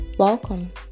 Welcome